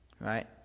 Right